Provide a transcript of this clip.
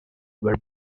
were